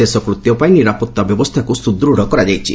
ଶେଷକୃତ୍ୟପାଇଁ ନିରାପତ୍ତା ବ୍ୟବସ୍ଥାକୁ ସୁଦୃତ୍ କରାଯାଇଛି